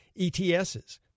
ETSs